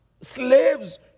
Slaves